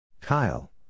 Kyle